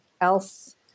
else